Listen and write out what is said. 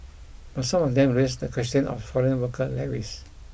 but some of them raise the question of foreign worker levies